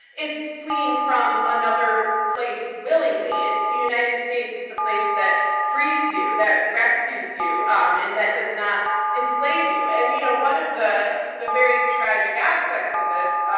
it's fleeing from another place willingly. the united states, it's the place that frees you, that rescues you um and that does not enslave you. and you know one of the the very tragic aspects of this,